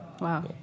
Wow